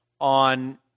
on